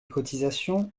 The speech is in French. cotisations